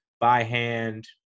by-hand